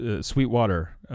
Sweetwater